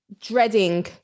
dreading